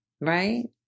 Right